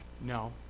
No